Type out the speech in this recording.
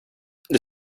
det